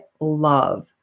love